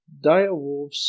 direwolves